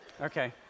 Okay